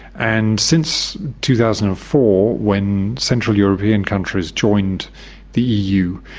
and since two thousand and four when central european countries joined the eu,